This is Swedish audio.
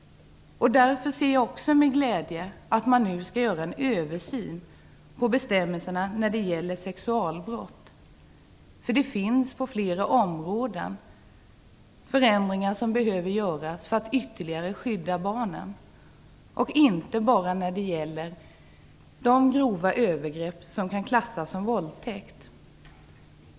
Jag ser därför också med glädje att man nu skall göra en översyn av bestämmelserna om sexualbrott. På flera områden behöver förändringar göras för att ytterligare skydda barnen, inte bara när det gäller de grova övergrepp som kan klassas som våldtäkt.